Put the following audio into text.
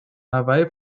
hawaii